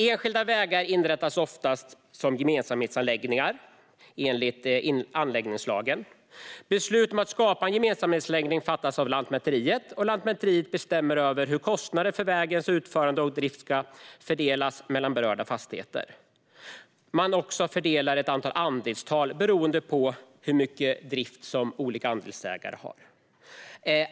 Enskilda vägar inrättas oftast som gemensamhetsanläggningar enligt anläggningslagen. Beslut om att skapa en gemensamhetsanläggning fattas av Lantmäteriet. Lantmäteriet bestämmer över hur kostnader för vägens utförande och drift ska fördelas mellan berörda fastigheter. Man fördelar också ett antal andelstal beroende på hur mycket drift olika andelsägare har.